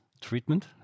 treatment